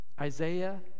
Isaiah